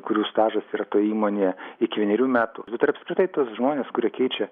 kurių stažas yra toj įmonėje iki vienerių metų bet ir apskritai tuos žmones kurie keičia